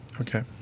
Okay